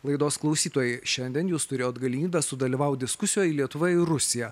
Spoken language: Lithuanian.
laidos klausytojai šiandien jūs turėjot galimybę sudalyvaut diskusijoj lietuva ir rusija